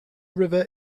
river